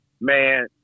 man